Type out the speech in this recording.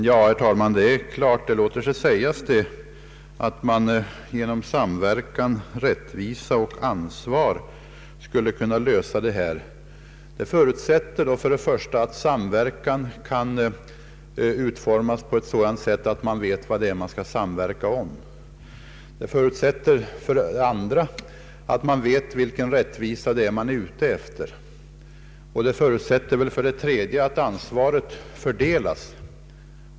Herr talman! Det låter sig sägas att man genom samverkan, rättvisa och ansvar skulle kunna lösa detta problem. Men det förutsätter för det första att samverkan kan utformas på ett sådant sätt att man vet vad det är man skall samverka om; det förutsätter för det andra att man vet vilken rättvisa man är ute efter; och det förutsätter för det tredje att ansvaret fördelas.